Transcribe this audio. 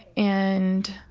and,